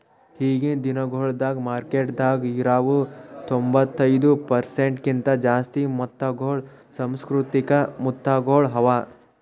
ಈಗಿನ್ ದಿನಗೊಳ್ದಾಗ್ ಮಾರ್ಕೆಟದಾಗ್ ಇರವು ತೊಂಬತ್ತೈದು ಪರ್ಸೆಂಟ್ ಕಿಂತ ಜಾಸ್ತಿ ಮುತ್ತಗೊಳ್ ಸುಸಂಸ್ಕೃತಿಕ ಮುತ್ತಗೊಳ್ ಅವಾ